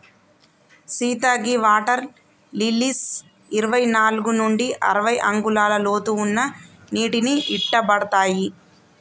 సీత గీ water lilies ఇరవై నాలుగు నుండి అరవై అంగుళాల లోతు ఉన్న నీటిని ఇట్టపడతాయి